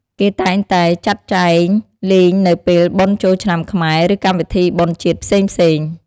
គេតែងតែចាត់ចែងលេងនៅពេលបុណ្យចូលឆ្នាំខ្មែរ ឬកម្មវិធីបុណ្យជាតិផ្សេងៗ។